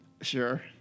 Sure